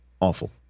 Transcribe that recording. Awful